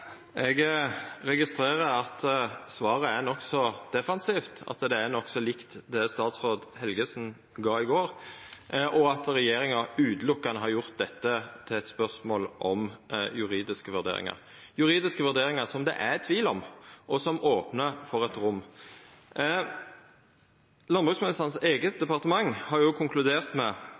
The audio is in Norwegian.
Eg registrerer at svaret er nokså defensivt, at det er nokså likt det statsråd Helgesen gav i går, og at regjeringa utelukkande har gjort dette til eit spørsmål om juridiske vurderingar – juridiske vurderingar som det er tvil om, og som opnar for eit rom. Landbruksministerens eige departement har konkludert med